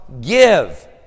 give